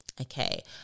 Okay